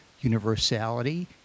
universality